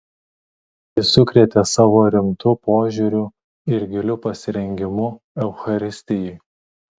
ji sukrėtė savo rimtu požiūriu ir giliu pasirengimu eucharistijai